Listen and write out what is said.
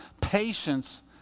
Patience